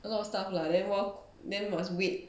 a lot of stuff lah then whi~ then must wait